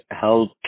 help